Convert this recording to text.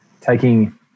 taking